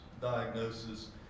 diagnosis